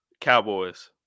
Cowboys